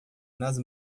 nas